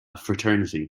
fraternity